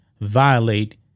violate